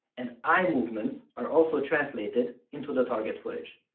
and eye movements are also translated into the target footage.